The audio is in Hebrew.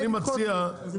אני מציע,